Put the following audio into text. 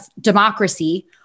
democracy